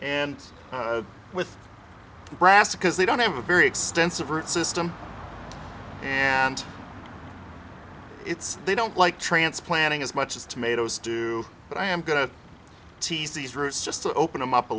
and with brassicas they don't have a very extensive root system and it's they don't like transplanting as much as tomatoes do but i am going to tease these roots just to open them up a